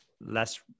less